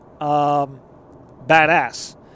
badass